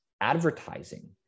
advertising